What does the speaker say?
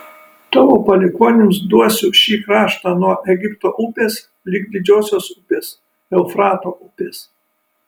tavo palikuonims duosiu šį kraštą nuo egipto upės lig didžiosios upės eufrato upės